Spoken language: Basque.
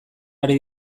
ari